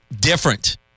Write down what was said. different